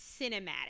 cinematic